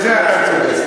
בזה אתה צודק.